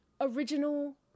original